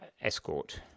Escort